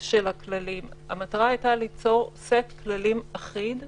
של הכללים המטרה הייתה ליצור סט כללים אחיד,